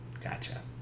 Gotcha